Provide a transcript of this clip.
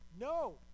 no